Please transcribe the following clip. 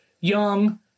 Young